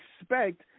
expect